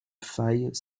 failles